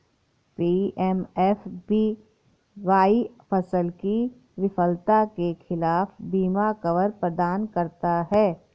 PMFBY फसल की विफलता के खिलाफ बीमा कवर प्रदान करता है